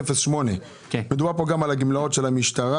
10-80-08. מדובר כאן גם על הגמלאות של המשטרה.